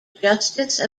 justice